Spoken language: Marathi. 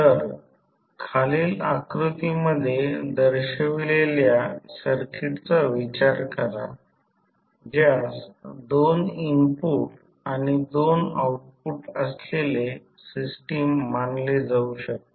तर खालील आकृतीमध्ये दर्शविलेल्या सर्किटचा विचार करा ज्यास दोन इनपुट आणि दोन आउटपुट असलेले सिस्टम मानले जाऊ शकते